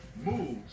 moves